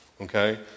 okay